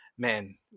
Man